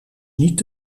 niet